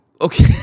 Okay